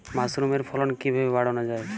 মাসরুমের ফলন কিভাবে বাড়ানো যায়?